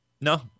No